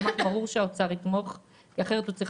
ברור שהאוצר יתמוך כי אחרת הוא צריך